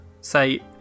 say